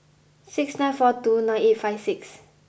six nine four two nine eight five six